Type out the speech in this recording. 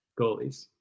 Goalies